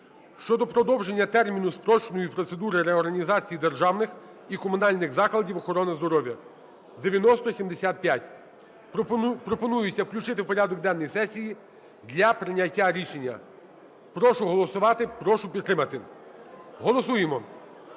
щодо продовження терміну спрощеної процедури реорганізації державних і комунальних закладів охорони здоров'я (9075). Пропонується включити в порядок денний сесії для прийняття рішення. Прошу голосувати, прошу підтримати. Голосуємо,